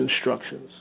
instructions